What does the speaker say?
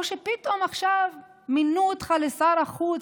או שפתאום עכשיו מינו אותך לשר החוץ,